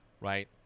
right